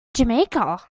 jamaica